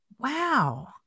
Wow